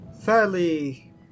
fairly